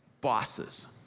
bosses